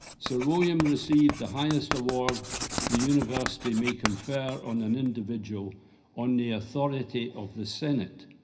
sir william received the highest award the university may confer on an individual on the authority of the senate.